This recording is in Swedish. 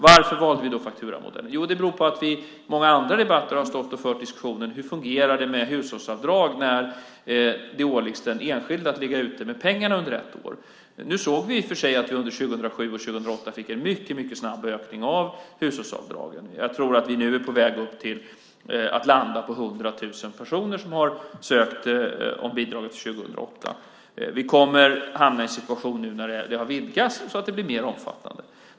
Varför valde vi då fakturamodellen? Det beror på att vi i många andra debatter har stått och fört diskussionen: Hur fungerar det med hushållsavdrag när det åläggs den enskilde att ligga ute med pengarna under ett år? Nu såg vi i och för sig att vi under 2007 och 2008 fick en mycket, mycket snabb ökning av hushållsavdragen. Jag tror att vi nu är på väg upp mot att landa på 100 000 personer som har sökt om bidraget för 2008. Vi kommer att hamna i en situation där det har vidgats så att det blir mer omfattande.